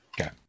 Okay